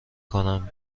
کنم